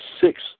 six